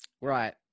right